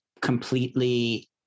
completely